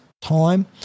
time